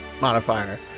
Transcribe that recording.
modifier